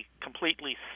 completely